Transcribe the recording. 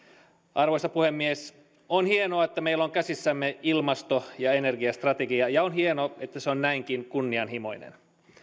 arvoisa puhemies on hienoa että meillä on käsissämme ilmasto ja energiastrategia ja on hienoa että se on näinkin kunnianhimoinen